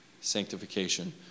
sanctification